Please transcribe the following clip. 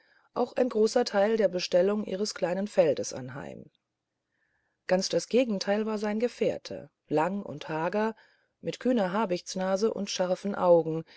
auch ein großer teil der bestellung ihres kleinen feldes anheim ganz das gegenteil war sein gefährte lang und hager mit kühner habichtsnase und scharfen augen